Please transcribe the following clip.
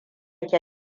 ke